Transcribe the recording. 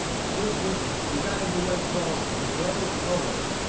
in a short distance we got into what is called the devil's elbow.